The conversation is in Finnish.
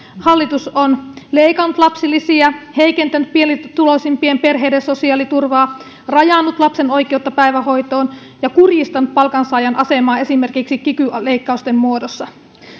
hallitus on leikannut lapsilisiä heikentänyt pienituloisimpien perheiden sosiaaliturvaa rajannut lapsen oikeutta päivähoitoon ja kurjistanut palkansaajan asemaa esimerkiksi kiky leikkausten muodossa